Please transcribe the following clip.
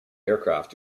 aircraft